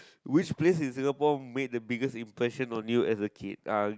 which place in Singapore made the biggest impression on you as a kid uh